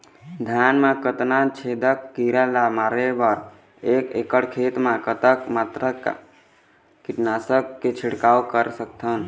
धान मा कतना छेदक कीरा ला मारे बर एक एकड़ खेत मा कतक मात्रा मा कीट नासक के छिड़काव कर सकथन?